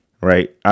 right